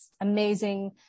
amazing